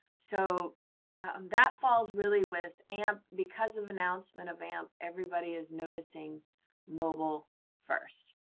so um that falls really with amp. because of announcement of amp, everybody is noticing mobile first.